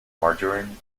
margarine